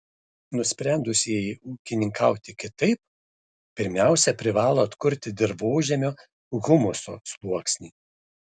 nusprendusieji ūkininkauti kitaip pirmiausia privalo atkurti dirvožemio humuso sluoksnį